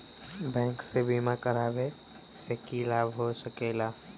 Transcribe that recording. Bank से बिमा करावे से की लाभ होई सकेला?